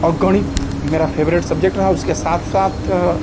और गणित मेरा फेवरेट सब्जेक्ट रहा और उसके साथ साथ